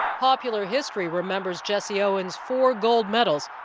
popular history remembers jesse owens' four gold medals,